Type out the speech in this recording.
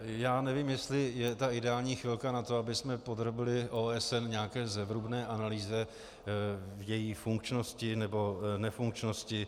Já nevím, jestli je ta ideální chvilka na to, abychom podrobili OSN nějaké zevrubné analýze její funkčnosti nebo nefunkčnosti.